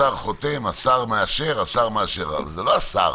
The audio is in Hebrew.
השר חותם, השר מאשר, אבל זה לא השר.